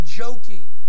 joking